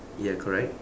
ya correct